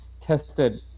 tested